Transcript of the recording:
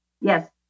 Yes